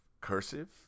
cursive